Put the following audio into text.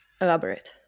Elaborate